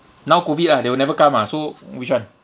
now COVID ah they will never come ah so which [one]